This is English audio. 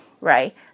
right